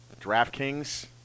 DraftKings